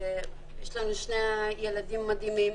יש לנו שני ילדים מדהימים,